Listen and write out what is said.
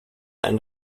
einen